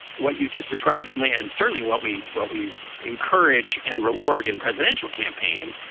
what you just described, emily, and certainly what we what we encourage and reward in presidential campaigns,